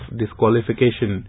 disqualification